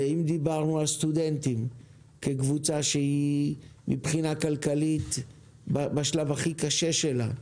אם דיברנו על סטודנטים כקבוצה שהיא מבחינה כלכלית בשלב הכי קשה שלה,